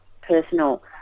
personal